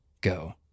go